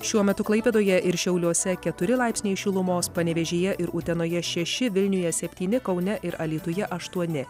šiuo metu klaipėdoje ir šiauliuose keturi laipsniai šilumos panevėžyje ir utenoje šeši vilniuje septyni kaune ir alytuje aštuoni